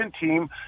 team